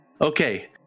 Okay